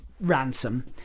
Ransom